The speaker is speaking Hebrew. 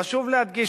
חשוב להדגיש,